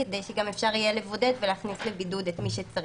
כדי שגם אפשר יהיה לבודד ולהכניס לבידוד את מי שצריך.